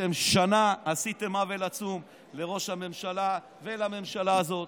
אתם שנה עשיתם עוול עצום לראש הממשלה ולממשלה הזאת,